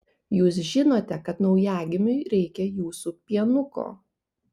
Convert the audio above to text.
jūs žinote kad naujagimiui reikia jūsų pienuko